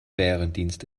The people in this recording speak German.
bärendienst